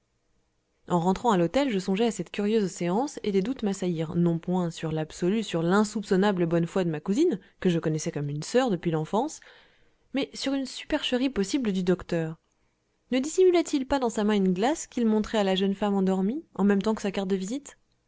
en rentrant à l'hôtel je songeais à cette curieuse séance et des doutes m'assaillirent non point sur l'absolue sur l'insoupçonnable bonne foi de ma cousine que je connaissais comme une soeur depuis l'enfance mais sur une supercherie possible du docteur ne dissimulait il pas dans sa main une glace qu'il montrait à la jeune femme endormie en même temps que sa carte de visite